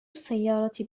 السيارة